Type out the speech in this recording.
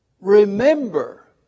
Remember